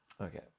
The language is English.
Okay